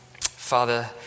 Father